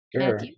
Sure